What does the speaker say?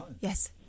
Yes